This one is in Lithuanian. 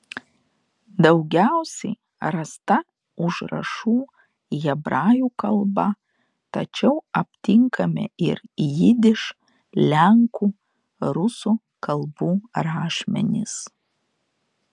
daugiausiai rasta užrašų hebrajų kalba tačiau aptinkami ir jidiš lenkų rusų kalbų rašmenys